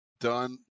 done